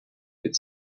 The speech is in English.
could